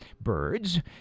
birds